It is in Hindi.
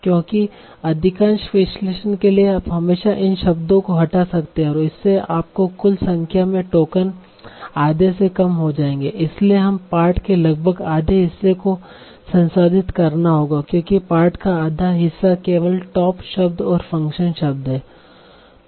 क्योंकि अधिकांश विश्लेषण के लिए आप हमेशा इन शब्दों को हटा सकते हैं और इससे आपको कुल संख्या में टोकन आधे से कम हो जाएंगे इसलिए हमें पाठ के लगभग आधे हिस्से को संसाधित करना होगा क्योंकि पाठ का आधा हिस्सा केवल स्टॉप शब्द और फ़ंक्शन शब्द हैं